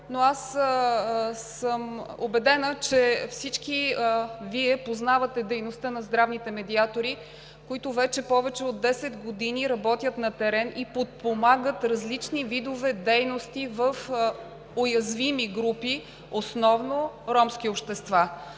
Аз съм убедена, че всички Вие познавате дейността на здравните медиатори, които повече от 10 години работят на терен и подпомагат различни видове дейности в уязвими групи, основно ромски общества.